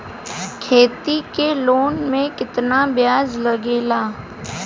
खेती के लोन में कितना ब्याज लगेला?